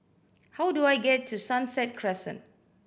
how do I get to Sunset Crescent